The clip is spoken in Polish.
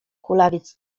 kulawiec